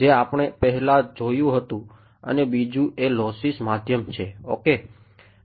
જે આપણે પહેલા જોયું હતું અને બીજું એ લોસ્સી માધ્યમ છે ઓકે